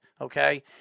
okay